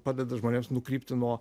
padeda žmonėms nukrypti nuo